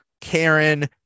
Karen